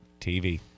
TV